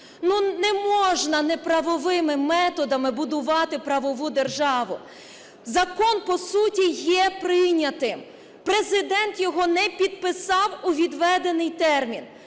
Ну, не можна неправовими методами будувати правову державу. Закон, по суті, є прийнятим, Президент його не підписав у відведений термін,